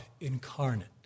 incarnate